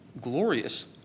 glorious